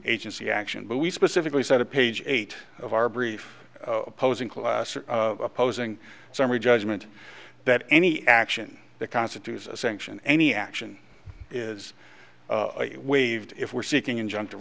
agency action but we specifically said a page eight of our brief opposing class or opposing summary judgment that any action that constitutes a sanction any action is waived if we're seeking injuncti